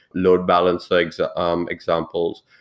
load balance like so um examples.